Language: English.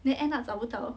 then end up 找不到